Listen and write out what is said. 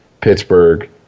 pittsburgh